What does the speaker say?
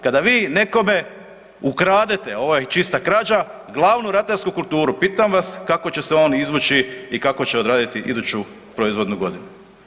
Kada vi nekome ukradete, ovo je čista krađa, glavnu ratarsku kulturu, pitam vas kako će se on izvući i kako će odraditi iduću proizvodnu godinu?